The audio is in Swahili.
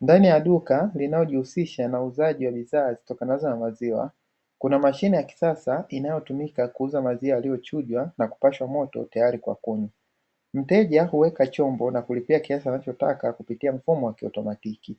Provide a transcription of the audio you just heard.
Ndani ya duka linaojihusisha na uuzaji wa bidhaa zitokanazo na maziwa, kuna mashine ya kisasa inayotumika kuuza maziwa yaliyochujwa na kupashwa moto tayari kwa kunywa. Mteja kuweka chombo na kulipia kiasi anachotaka kupitia mfumo wa ki automatiki